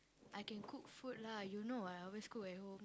I can cook food lah you know what I always cook at home